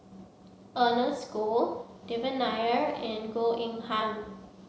Ernest Goh Devan Nair and Goh Eng Han